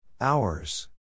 Hours